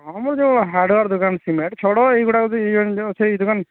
ହଁ ମ ଯଉଁ ହାର୍ଡୱେର ଦୋକାନ୍ ସିମେଣ୍ଟ ଛଡ଼ ଏଇ ଗୁଡ଼ା ଯଦି ସେଇ ଦୋକାନ୍